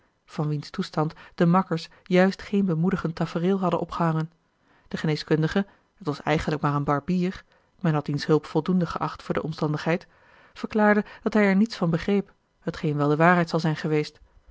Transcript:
van wiens toestand de makkers juist geen bemoedigend tafereel hadden opgehangen de geneeskundige het was eigenlijk maar een barbier men had diens hulp voldoende geacht voor de omstandigheid verklaarde dat hij er niets van begreep hetgeen wel de waarheid zal zijn geweest